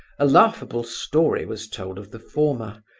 a laughable story was told of the former.